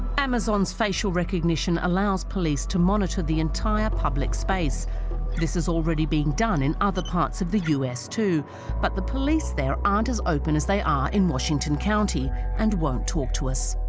amazon's facial recognition allows police to monitor the entire public space this is already being done in other parts of the us, too but the police there aren't as open as they are in washington county and won't talk to us